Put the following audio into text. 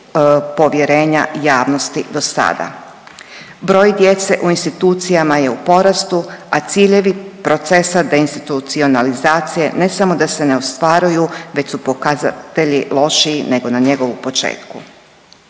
povjerenja javnosti dosada. Broj djece u institucijama je u porastu, a ciljevi procesa deinstitunacionalizacije ne samo da se ne ostvaruju već su pokazatelji lošiji nego na njegovu početku.